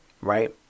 right